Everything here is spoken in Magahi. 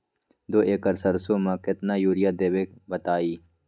दो एकड़ सरसो म केतना यूरिया देब बताई?